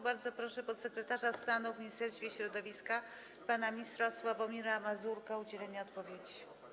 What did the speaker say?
Bardzo proszę podsekretarza stanu w Ministerstwie Środowiska pana ministra Sławomira Mazurka o udzielenie odpowiedzi.